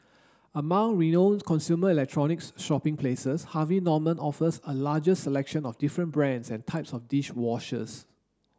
among renowned consumer electronics shopping places Harvey Norman offers a largest selection of different brands and types of dish washers